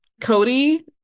Cody